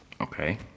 Okay